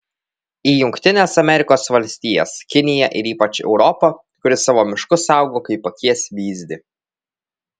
į jungtines amerikos valstijas kiniją ir ypač į europą kuri savo miškus saugo kaip akies vyzdį